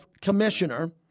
commissioner